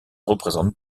représente